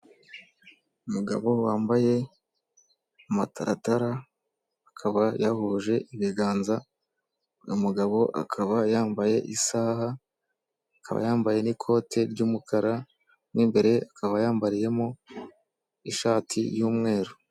Umugabo wambaye amataratara akaba yahuje ibiganza numugabo akaba yambaye isaha, ikaba yambaye n'ikote ry'umukara n'imbere akaba yambariyemo ishati y'umweru.